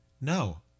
no